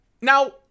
Now